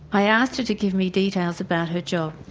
i asked her to give me details about her job.